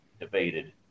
debated